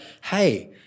hey